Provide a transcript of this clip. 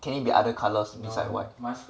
can it be other colours besides white